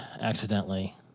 accidentally